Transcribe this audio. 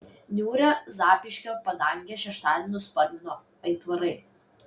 niūrią zapyškio padangę šeštadienį nuspalvino aitvarai